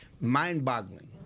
mind-boggling